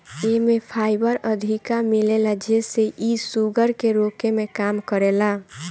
एमे फाइबर अधिका मिलेला जेसे इ शुगर के रोके में काम करेला